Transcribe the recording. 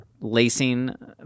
Lacing